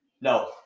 No